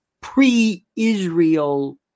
pre-israel